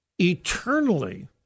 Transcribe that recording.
eternally